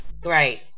Great